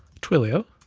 twilio